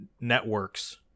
networks